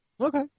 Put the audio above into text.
Okay